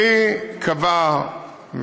והיא קבעה,